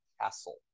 castle